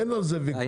אין על זה ויכוח.